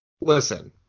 listen